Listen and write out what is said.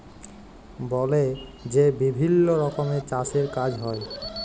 বলে যে বিভিল্ল্য রকমের চাষের কাজ হ্যয়